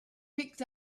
picked